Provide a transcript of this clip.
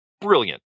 brilliant